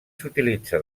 s’utilitza